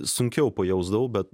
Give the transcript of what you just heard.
sunkiau pajausdavau bet